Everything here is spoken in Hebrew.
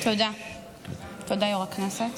תודה, היושב-ראש.